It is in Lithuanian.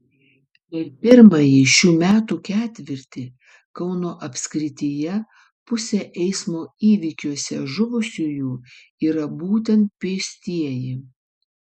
per pirmąjį šių metų ketvirtį kauno apskrityje pusė eismo įvykiuose žuvusiųjų yra būtent pėstieji